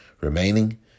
remaining